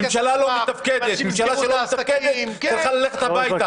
ממשלה שלא מתפקדת צריכה ללכת הבית.